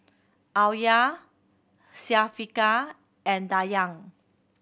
Alya Syafiqah and Dayang